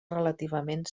relativament